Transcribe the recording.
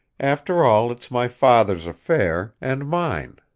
after all, it's my father's affair, and mine.